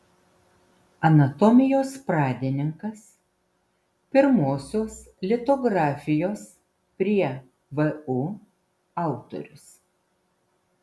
anatomijos pradininkas pirmosios litografijos prie vu autorius